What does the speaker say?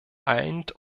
eint